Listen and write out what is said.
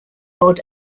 odd